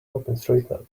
openstreetmap